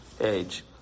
age